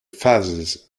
phases